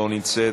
לא נמצאת,